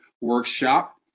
workshop